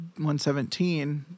117